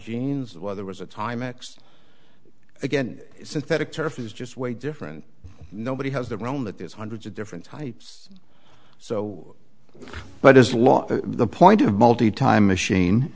jeans there was a time x again synthetic turf is just way different nobody has their own that there's hundreds of different types so but is lot to the point of multi time machine